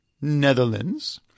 Netherlands